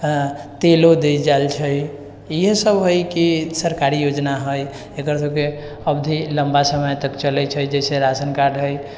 तेलो देल जाइत छै इएह सभ हइ कि सरकारी योजना हइ इधर सभकेँ अवधि लम्बा समय तक चलैत छै जाहिसँ राशन कार्ड हइ